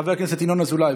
חבר הכנסת ינון אזולאי,